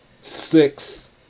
six